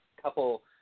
couple